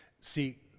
See